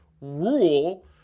rule –